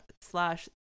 slash